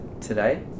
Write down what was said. today